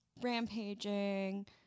rampaging